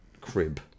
crib